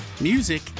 music